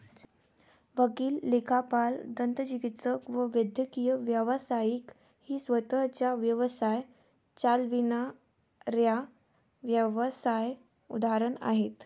वकील, लेखापाल, दंतचिकित्सक व वैद्यकीय व्यावसायिक ही स्वतः चा व्यवसाय चालविणाऱ्या व्यावसाय उदाहरण आहे